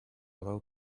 allow